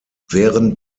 während